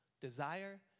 Desire